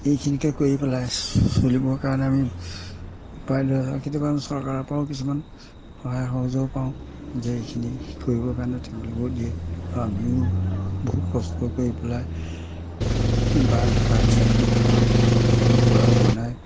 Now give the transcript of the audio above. এইখিনিকে কৰি পেলাই চলিবৰ কাৰণে আমি উপায় লৈ যাওঁ কেতিয়াবা আমি চৰকাৰৰ পৰাও কিছুমান সহায় সহযোগ পাওঁ যে এইখিনি কৰিবৰ কাৰণে তেওঁলোকেও দিয়ে বা আমিও বহুত কষ্ট কৰি পেলাই বাঁহ কাঠ কাটি খা ঘৰ দুৱাৰ বনাই